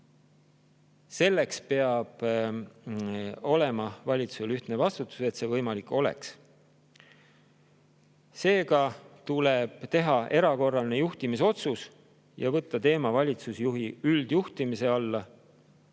Selleks peab olema valitsusel ühtne vastutus, et see võimalik oleks. Seega tuleb teha erakorraline juhtimisotsus ja võtta teema valitsusjuhi juhtimise alla, et